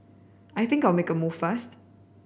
I think I'll make a move first